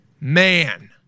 man